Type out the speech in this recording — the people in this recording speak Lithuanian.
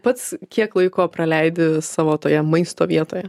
pats kiek laiko praleidi savo toje maisto vietoje